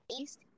East